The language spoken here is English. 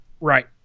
Right